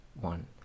One